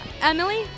Emily